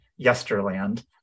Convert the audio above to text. yesterland